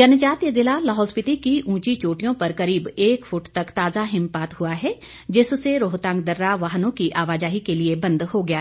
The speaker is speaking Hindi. जनजातीय जिला लाहौल स्पीति की ऊंची चोटियों पर करीब एक फुट तक ताजा हिमपात हुआ है जिससे रोहतांग दर्रा वाहनों की आवाजाही के लिए बंद हो गया है